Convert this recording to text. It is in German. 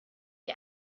die